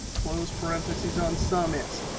close parentheses on sumifs.